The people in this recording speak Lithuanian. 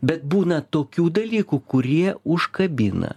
bet būna tokių dalykų kurie užkabina